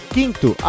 Quinto